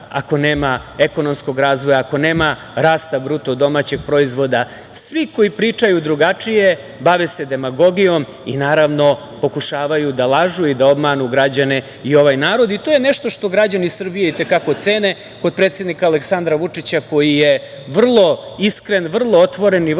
ako nema ekonomskog razvoja, ako nema rasta BDP. Svi koji pričaju drugačije bave se demagogijom i, naravno, pokušavaju da lažu i da obmanu građane i ovaj narod. To je nešto što građani Srbije i te kako cene kod predsednika Aleksandra Vučića koji je vrlo iskren, vrlo otvoren i vrlo